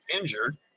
injured